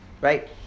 right